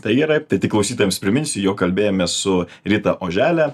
tai yra tai tik klausytojams priminsiu jog kalbėjomės su rita ožele